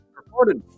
reported